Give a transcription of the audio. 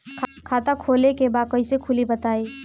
खाता खोले के बा कईसे खुली बताई?